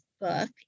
book